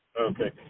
Okay